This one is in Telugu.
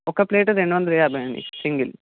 ఒక ప్లేటు రెండు వందల యాభై అండి సింగల్